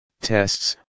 Tests